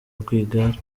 rwigara